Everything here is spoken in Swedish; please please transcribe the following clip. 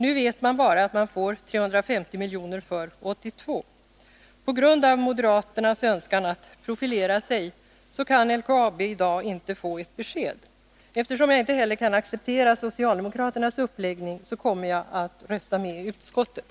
Nu vet man bara att man får 350 milj.kr. för 1982. På grund av moderaternas önskan att profilera sig kan LKAB i dag inte få ett besked. Eftersom jag inte heller kan acceptera socialdemokraternas uppläggning kommer jag att rösta med utskottet.